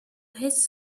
his